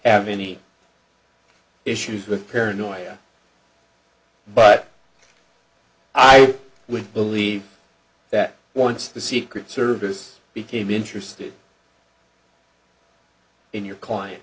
have any issues with paranoia but i would believe that once the secret service became interested in your client